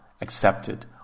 accepted